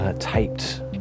taped